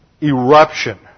eruption